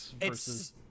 versus